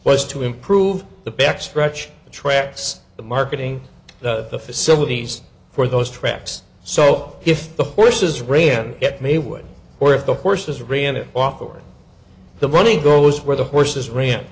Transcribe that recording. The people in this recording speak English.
was to improve the backstretch the tracks the marketing the facilities for those tracks so if the horses ran at me would or if the horses ran it off or the running goes where the horses ran